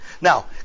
Now